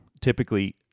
typically